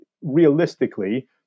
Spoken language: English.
realistically